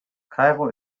kairo